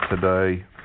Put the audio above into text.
today